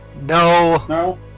No